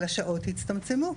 אבל השעות הצטמצמו.